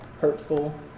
hurtful